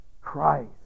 Christ